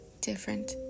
different